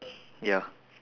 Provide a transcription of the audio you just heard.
ya